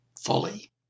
fully